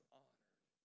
honored